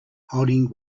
holding